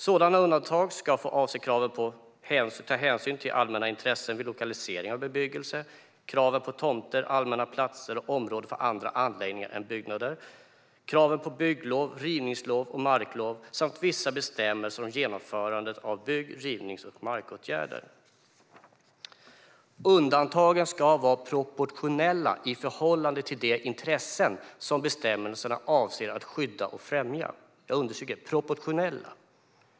Sådana undantag ska få avse kraven på att hänsyn ska tas till allmänna intressen vid lokalisering av bebyggelse kraven på tomter, allmänna platser och områden för andra anläggningar än byggnader kraven på bygglov, rivningslov och marklov samt vissa bestämmelser om genomförandet av bygg-, rivnings och markåtgärder. Undantagen ska vara proportionella i förhållande till de intressen som bestämmelserna avser att skydda och främja. Jag vill understryka att de ska vara proportionella.